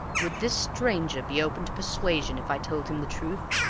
would this stranger be open to persuasion if i told him the truth?